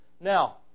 Now